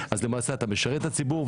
אז למעשה אתה משרת את הציבור.